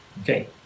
Okay